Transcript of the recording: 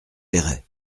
péray